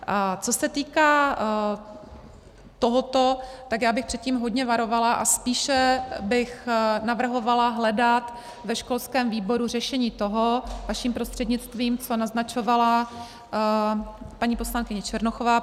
A co se týká tohoto, tak já bych před tím hodně varovala a spíše bych navrhovala hledat ve školském výboru řešení toho, vaším prostřednictvím, co naznačovala paní poslankyně Černochová.